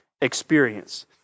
experience